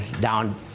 down